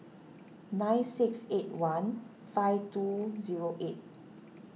nine six eight one five two zero eight